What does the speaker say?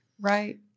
right